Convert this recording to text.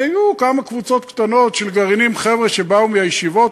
כי היו כמה גרעינים עם קבוצות קטנות של חבר'ה שבאו מהישיבות,